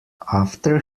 after